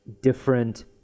different